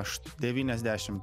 aš devyniasdešim